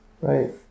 Right